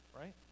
right